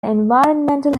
environmental